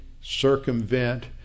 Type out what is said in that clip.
circumvent